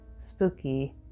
spooky